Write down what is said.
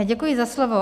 Děkuji za slovo.